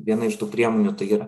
viena iš tų priemonių tai yra